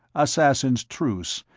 assassins' truce,